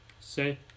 Say